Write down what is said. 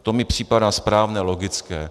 To mi připadá správné, logické.